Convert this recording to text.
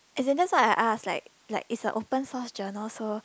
and then that's why I asked like like it's an open source journal so